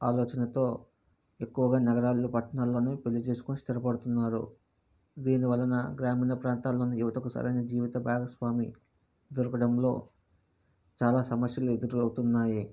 ఆలోచనతో ఎక్కువగా నగరాల్లో పట్టణాల్లోని పెళ్లి చేసుకుని స్థిరపడుతున్నారు దీనివలన గ్రామీణ ప్రాంతాల్లోని యువతకు సరైన జీవిత భాగస్వామి దొరకడంలో చాలా సమస్యలు ఎదురవుతున్నాయి